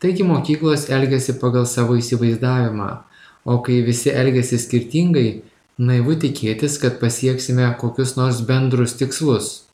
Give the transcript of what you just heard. taigi mokyklos elgiasi pagal savo įsivaizdavimą o kai visi elgiasi skirtingai naivu tikėtis kad pasieksime kokius nors bendrus tikslus